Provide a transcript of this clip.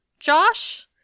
Josh